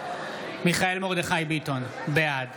מיכאל מרדכי ביטון, בעד